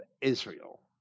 Israel